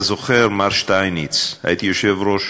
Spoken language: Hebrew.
אתה זוכר, מר שטייניץ, הייתי יושב-ראש